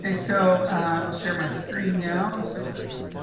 and so i'll share my screen now. so let's